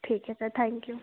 ठीक है sir thank you